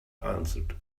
answered